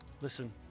Listen